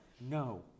No